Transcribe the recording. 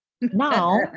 now